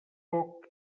poc